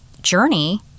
journey